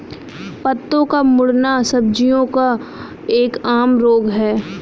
पत्तों का मुड़ना सब्जियों का एक आम रोग है